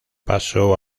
pasó